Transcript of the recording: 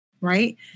Right